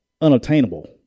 unattainable